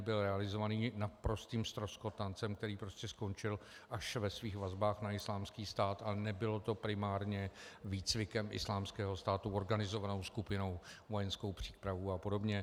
Byl realizovaný naprostým ztroskotancem, který skončil až ve svých vazbách na Islámský stát, a nebylo to primárně výcvikem Islámského státu, organizovanou skupinou, vojenskou přípravou a podobně.